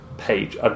Page